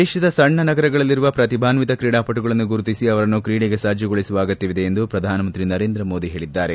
ದೇಶದ ಸಣ್ಣ ನಗರಗಳಲ್ಲಿರುವ ಪ್ರತಿಭಾನ್ನಿತ ಕ್ರೀಡಾ ಪಟುಗಳನ್ನು ಗುರುತಿಸಿ ಅವರನ್ನು ಕ್ರೀಡೆಗೆ ಸಜ್ಣುಗೊಳಿಸುವ ಅಗತ್ಯವಿದೆ ಎಂದು ಪ್ರಧಾನಮಂತ್ರಿ ನರೇಂದ್ರ ಮೋದಿ ಹೇಳದ್ದಾರೆ